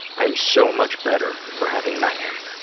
i am so much better for having met him.